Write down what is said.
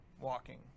walking